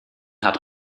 hat